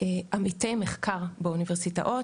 כעמיתי מחקר באוניברסיטאות,